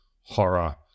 horror